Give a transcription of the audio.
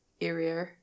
area